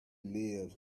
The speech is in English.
lives